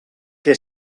que